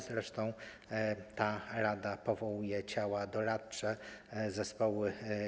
Zresztą ta rada powołuje ciała doradcze, zespoły.